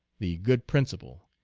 the good principle,